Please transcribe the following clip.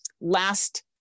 last